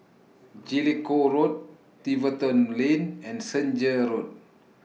Jellicoe Road Tiverton Lane and Senja Road